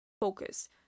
focus